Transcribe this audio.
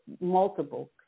multiple